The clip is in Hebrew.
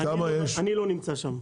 אני לא נמצא שם.